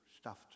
stuffed